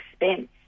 expense